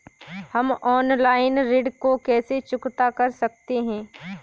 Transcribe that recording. हम ऑनलाइन ऋण को कैसे चुकता कर सकते हैं?